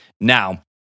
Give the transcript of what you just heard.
now